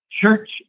church